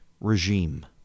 regime